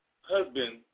husband